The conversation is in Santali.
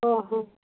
ᱚ ᱦᱚᱸ